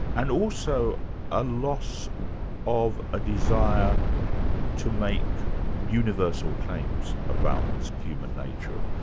and also a loss of a desire to make universal claims about human nature,